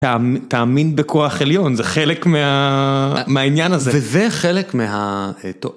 תאמין בכוח עליון, זה חלק מהעניין הזה. וזה חלק מה...